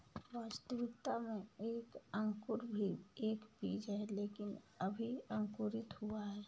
वास्तविकता में एक अंकुर भी एक बीज है लेकिन अभी अंकुरित हुआ है